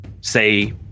say